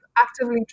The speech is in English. actively